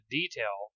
detail